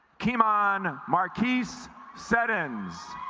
c'mon marquis so settings